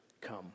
come